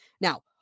Now